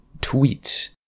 tweet